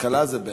כלכלה זה בעד.